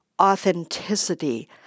authenticity